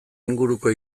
inguruko